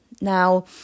Now